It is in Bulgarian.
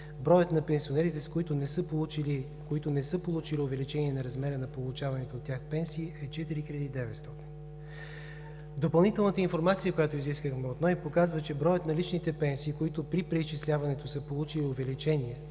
броят на пенсионерите, които не са получили увеличение на размера на получаваните от тях пенсии, е 4900. Допълнителната информация, която изискахме от Националния осигурителен институт показва, че броят на личните пенсии, които при преизчисляването са получили увеличение,